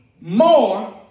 more